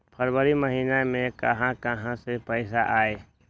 फरवरी महिना मे कहा कहा से पैसा आएल?